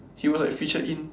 he was like featured in